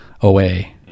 away